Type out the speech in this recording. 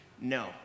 No